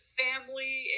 family